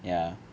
ya